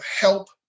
help